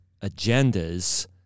agendas